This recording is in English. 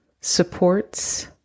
supports